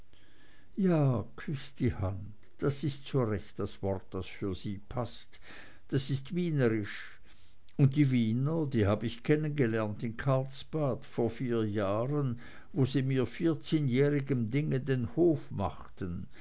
ja küss die hand das ist so recht das wort das für sie paßt das ist wienerisch und die wiener die hab ich kennengelernt in karlsbad vor vier jahren wo sie mir vierzehnjährigem dinge den hof machten